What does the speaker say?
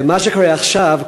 ומה שקורה עכשיו,